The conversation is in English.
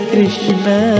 Krishna